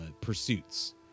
pursuits